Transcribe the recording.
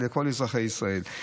לכל אזרחי ישראל.